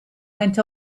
went